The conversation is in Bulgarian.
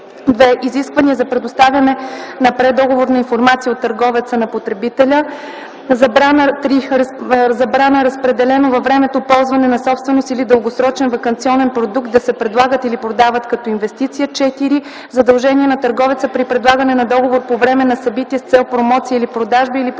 - изисквания за предоставяне на преддоговорна информация от търговеца на потребителя; - забрана разпределено във времето ползване на собственост или дългосрочен ваканционен продукт да се предлагат или продават като инвестиция; - задължение на търговеца при предлагане на договор по време на събитие с цел промоция или продажба,